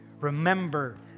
Remember